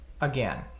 again